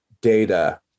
data